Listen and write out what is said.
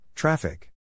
Traffic